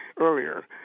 earlier